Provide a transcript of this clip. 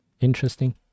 interesting